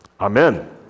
Amen